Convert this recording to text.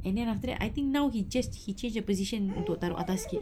and then after that I think now he just he change a position into taruk atas sikit